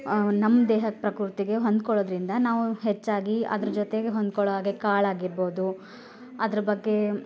ನಮ್ಮ ದೇಹದ ಪ್ರಕೃತಿಗೆ ಹೊಂದ್ಕೊಳೋದರಿಂದ ನಾವು ಹೆಚ್ಚಾಗಿ ಅದ್ರ ಜೊತೆಗೆ ಹೊಂದ್ಕೊಳ್ಳೋ ಹಾಗೆ ಕಾಳಾಗಿರ್ಬೋದು ಅದ್ರ ಬಗ್ಗೆ